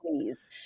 please